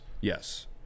Yes